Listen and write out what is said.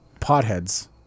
potheads